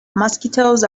mosquitoes